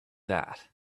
that